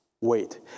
wait